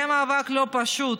היה מאבק לא פשוט